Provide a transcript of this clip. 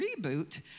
reboot